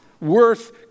worth